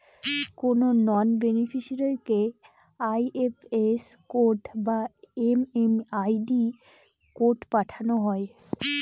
কোনো নন বেনিফিসিরইকে IFS code বা এম.এম.আই.ডি কোড পাঠানো হয়